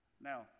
Now